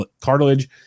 cartilage